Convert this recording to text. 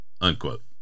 unquote